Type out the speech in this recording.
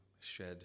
shed